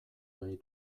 nahi